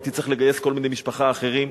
הייתי צריך לגייס כל מיני משפחה אחרים.